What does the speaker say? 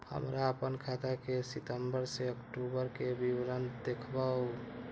हमरा अपन खाता के सितम्बर से अक्टूबर के विवरण देखबु?